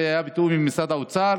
זה היה בתיאום עם משרד האוצר.